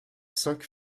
cinq